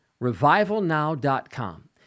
RevivalNow.com